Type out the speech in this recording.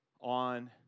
on